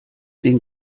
den